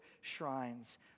shrines